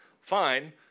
Fine